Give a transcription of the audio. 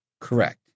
Correct